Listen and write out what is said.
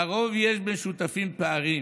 לרוב יש בין שותפים פערים,